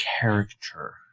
character